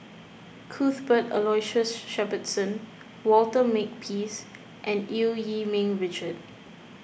Cuthbert Aloysius Shepherdson Walter Makepeace and Eu Yee Ming Richard